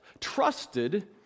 trusted